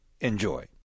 enjoy